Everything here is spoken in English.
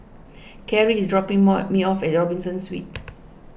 Kerrie is dropping more me off at Robinson Suites